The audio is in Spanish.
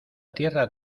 tierra